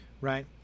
right